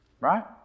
Right